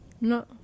No